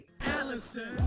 Allison